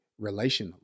relationally